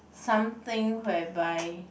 something whereby